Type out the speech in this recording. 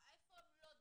איפה הם לא דייקו?